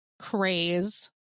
craze